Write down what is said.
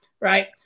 right